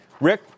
Rick